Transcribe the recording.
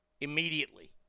immediately